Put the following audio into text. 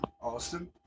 Austin